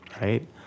Right